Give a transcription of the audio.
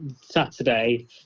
Saturday